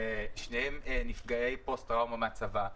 שניהם נפגעי פוסט טראומה מהצבא.